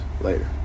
Later